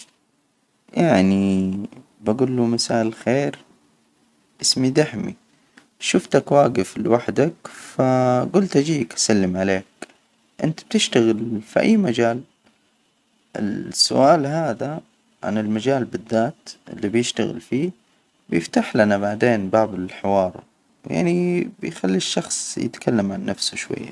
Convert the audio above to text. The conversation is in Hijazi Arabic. يعني بجوله مساء الخير، اسمي دحمي، شفتك واجف لوحدك، فا جلت أجيك أسلم عليك، أنت بتشتغل في أي مجال؟ السؤال هذا عن المجال بالذات اللي بيشتغل فيه، بيفتح لنا بعدين باب الحوار، يعني بيخلي الشخص يتكلم عن نفسه شوية.